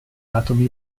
atomi